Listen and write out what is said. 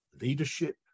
leadership